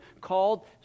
called